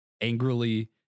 angrily